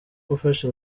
gufasha